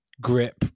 grip